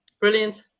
Brilliant